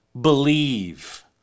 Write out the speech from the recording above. believe